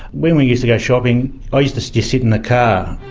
when we used to go shopping i used to just sit in the car.